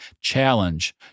challenge